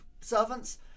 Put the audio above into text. servants